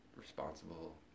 responsible